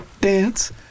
dance